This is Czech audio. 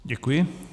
Děkuji.